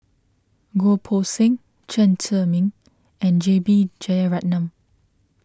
Goh Poh Seng Chen Zhiming and J B Jeyaretnam